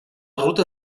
ruta